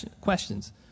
questions